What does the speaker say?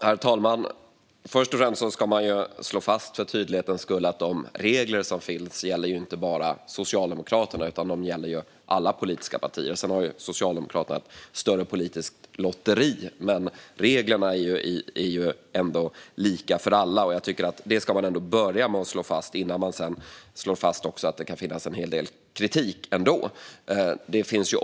Herr talman! Först och främst ska vi för tydlighetens skull slå fast att de regler som finns gäller inte bara Socialdemokraterna utan alla politiska partier. Socialdemokraterna har ett större politiskt lotteri, men reglerna är ändå lika för alla. Det tycker jag att man ska slå fast innan man slår fast att det ändå kan finnas en hel del kritik.